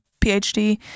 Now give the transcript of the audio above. PhD